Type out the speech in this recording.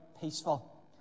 peaceful